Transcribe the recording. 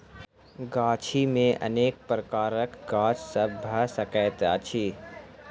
गाछी मे अनेक प्रकारक गाछ सभ भ सकैत अछि